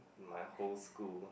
in my whole school